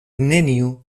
neniu